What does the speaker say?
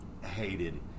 hated